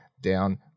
down